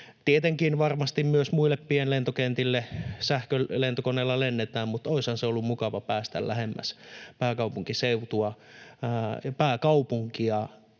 Tietenkin varmasti myös muille pienlentokentille sähkölentokoneilla lennetään, mutta olisihan se ollut mukava päästä lähemmäs pääkaupunkiseutua ja pääkaupunkia